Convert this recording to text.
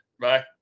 Bye